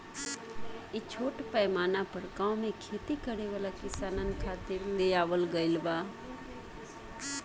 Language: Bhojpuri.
इ छोट पैमाना पर गाँव में खेती करे वाला किसानन खातिर ले आवल गईल बा